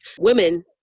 women